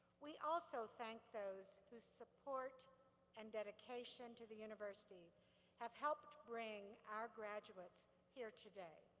we also thank those whose support and dedication to the university have helped bring our graduates here today.